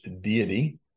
deity